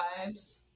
vibes